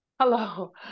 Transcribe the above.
hello